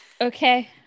Okay